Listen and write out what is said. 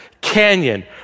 canyon